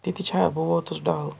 تِتہِ چھا بہٕ ووتُس ڈَل